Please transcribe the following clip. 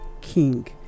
king